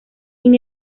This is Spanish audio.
sin